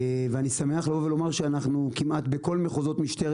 ואני שמח לבוא ולומר שאנחנו כמעט בכל מחוזות משטרת